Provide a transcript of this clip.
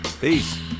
Peace